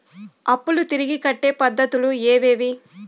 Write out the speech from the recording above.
అప్పులు తిరిగి కట్టే పద్ధతులు ఏవేవి